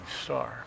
star